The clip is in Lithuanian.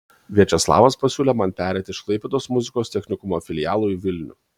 viačeslavas pasiūlė man pereiti iš klaipėdos muzikos technikumo filialo į vilnių